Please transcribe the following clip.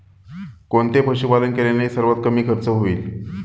कोणते पशुपालन केल्याने सर्वात कमी खर्च होईल?